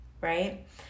right